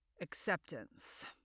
acceptance